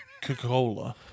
Coca-Cola